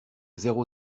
zéro